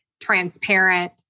transparent